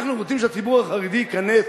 אנחנו רוצים שהציבור החרדי ייכנס.